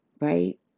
right